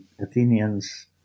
Athenians